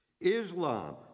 Islam